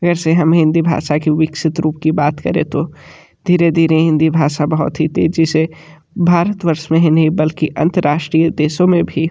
अगरचे हम हिंदी भाषा के विकसित रूप की बात करें तो धीरे धीरे हिंदी भाषा बहुत ही तेज़ी से भारतवर्ष में ही नहीं बल्कि अंतर्राष्ट्रीय देशों में भी